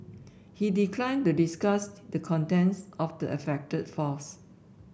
he declined to discuss the contents of the affected files